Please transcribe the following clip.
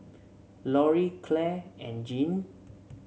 Loree Claire and Jeanne